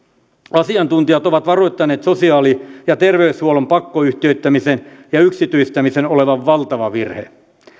asiantuntijat ovat varoittaneet sosiaali ja terveydenhuollon pakkoyhtiöittämisen ja yksityistämisen olevan valtava virhe